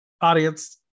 Audience